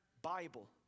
Bible